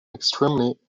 extremely